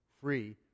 free